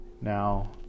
now